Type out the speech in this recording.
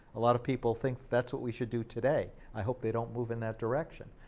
a lot of people think that's what we should do today. i hope they don't move in that direction,